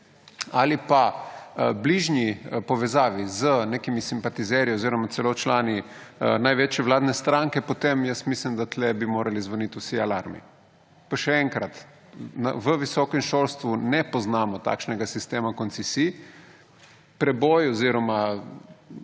ali bližnji povezavi z nekimi simpatizerji oziroma celo člani največje vladne stranke, potem mislim, da bi tu morali zvoniti vsi alarmi. Pa še enkrat, v visokem šolstvu ne poznamo takšnega sistema koncesij. Preboj oziroma